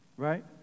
right